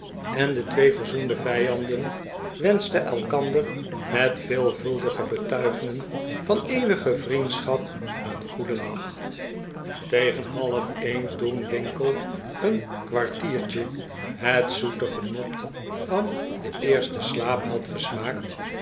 en de twee verzoende vijanden wenschten elkander met veelvuldige betuigingen van eeuwige vriendschap een goedennacht tegen halfeen toen winkle een kwartiertje het zoete genot van den eersten slaap had gesmaakt